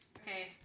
Okay